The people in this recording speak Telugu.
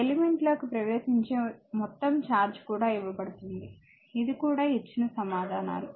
ఎలిమెంట్ లోకి ప్రవేశించే మొత్తం ఛార్జ్ కూడా ఇవ్వబడుతుంది ఇది కూడా ఇచ్చిన సమాధానాలు